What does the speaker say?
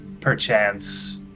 perchance